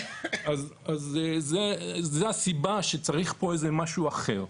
אז זאת הסיבה שצריך פה איזה משהו אחר.